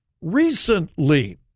recently